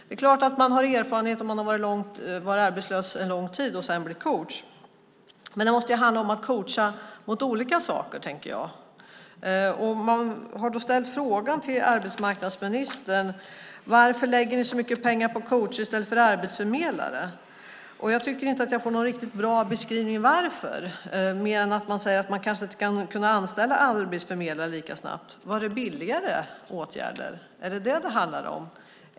Det är klart att man har erfarenhet om man har varit arbetslös en lång tid och sedan blir coach, men det måste ju handla om att coacha mot olika saker, tänker jag. Man har då ställt frågan till arbetsmarknadsministern: Varför lägger ni så mycket pengar på coacher i stället för på arbetsförmedlare? Och jag tycker inte att jag får någon riktigt bra beskrivning av varför, mer än att man säger att man kanske inte kan anställa arbetsförmedlare lika snabbt. Var det billigare åtgärder? Är det det som det handlar om?